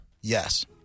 Yes